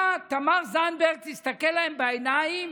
מה תמר זנדברג תסתכל להם בעיניים